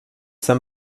sam